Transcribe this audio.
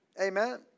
Amen